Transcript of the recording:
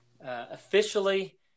Officially